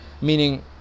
meaning